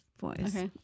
voice